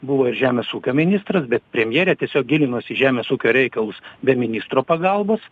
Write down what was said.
buvo ir žemės ūkio ministras bet premjerė tiesiog gilinosi į žemės ūkio reikalus be ministro pagalbos